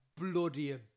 bloody